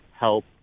help